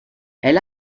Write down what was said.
elle